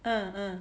uh uh